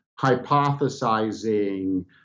hypothesizing